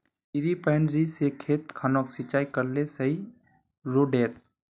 डिरिपयंऋ से खेत खानोक सिंचाई करले सही रोडेर?